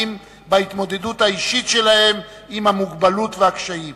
בהתמודדות האישית שלהם עם המוגבלות והקשיים.